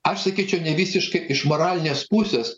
aš sakyčiau nevisiškai iš moralinės pusės